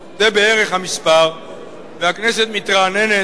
זה בערך המספר והכנסת מתרעננת.